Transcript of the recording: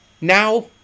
now